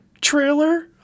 trailer